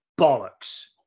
bollocks